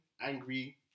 angry